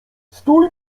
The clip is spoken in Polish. stój